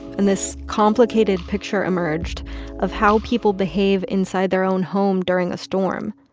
and this complicated picture emerged of how people behave inside their own home during a storm,